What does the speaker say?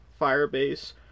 Firebase